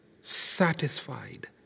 satisfied